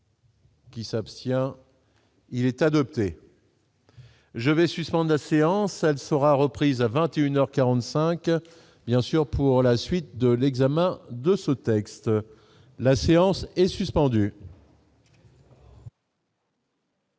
Qui s'abstient, il est adopté. Je vais suspende la séance, elle sera reprise à 21 heures 45 bien sûr pour la suite de l'examen de ce texte, la séance est suspendue.